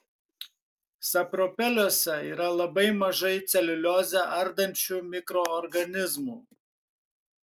sapropeliuose yra labai mažai celiuliozę ardančių mikroorganizmų